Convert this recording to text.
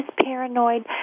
paranoid